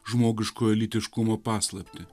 žmogiškojo lytiškumo paslaptį